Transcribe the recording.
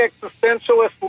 existentialist